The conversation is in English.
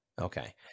Okay